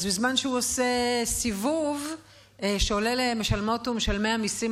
אז בזמן שהוא עושה סיבוב שעולה למשלמות ומשלמי המיסים